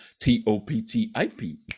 T-O-P-T-I-P